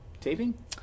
Taping